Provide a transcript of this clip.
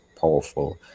powerful